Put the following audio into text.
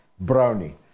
Brownie